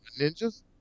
ninjas